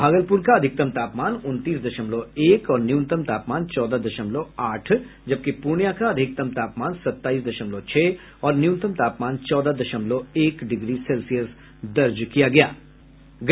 भागलपुर का अधिकतम तापमान उनतीस दशमलव एक और न्यूनतम तापमान चौदह दशमलव आठ जबकि पूर्णिया का अधिकतम तापमान सताईस दशमलव छह और न्यूनतम तापमान चौदह दशमलव एक डिग्री दर्ज किया गया